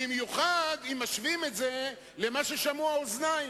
במיוחד אם משווים את זה למה ששמעו האוזניים,